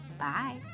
Bye